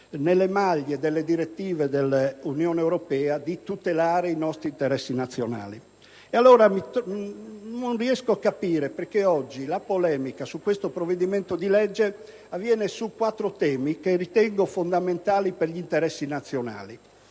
nelle maglie delle direttive dell'Unione europea di tutelare i nostri interessi nazionali. Alla luce di ciò, non riesco a capire però perché la polemica su questo provvedimento si sviluppi su quattro temi che ritengo fondamentali per gli interessi nazionali: